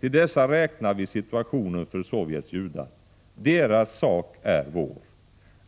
Till dessa räknar vi situationen för Sovjets judar. Deras sak är vår.